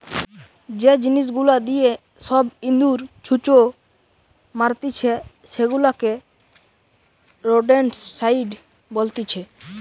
যে জিনিস গুলা দিয়ে সব ইঁদুর, ছুঁচো মারতিছে সেগুলাকে রোডেন্টসাইড বলতিছে